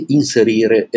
inserire